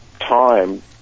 time